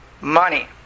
money